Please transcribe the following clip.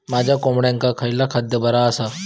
माझ्या कोंबड्यांका खयला खाद्य बरा आसा?